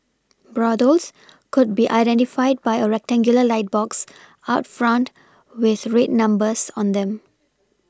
brothels could be identified by a rectangular light box out front with red numbers on them